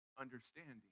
understanding